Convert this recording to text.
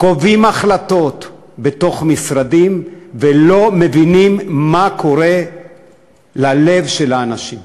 קובעים החלטות בתוך משרדים ולא מבינים מה קורה ללב של האנשים.